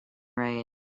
rain